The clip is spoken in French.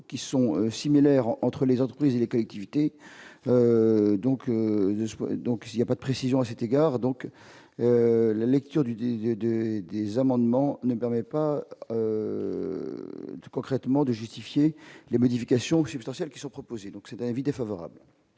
qui sont similaires entre les entreprises et les collectivités donc, donc il y a pas de précisions à cet égard, donc la lecture du DVD des amendements ne permet pas. Concrètement, de justifier les modifications que substantielles qui sont proposées, donc c'est inviter favorable.